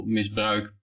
misbruik